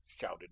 shouted